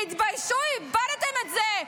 תתביישו, איבדתם את זה.